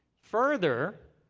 further,